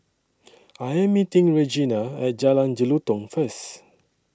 I Am meeting Regina At Jalan Jelutong First